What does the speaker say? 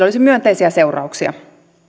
olisi myönteisiä seurauksia